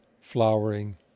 flowering